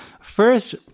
first